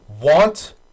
want